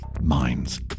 minds